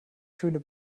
schöne